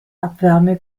abwärme